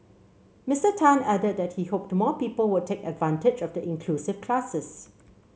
Mister Tan added that he hoped more people would take advantage of the inclusive classes